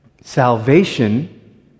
salvation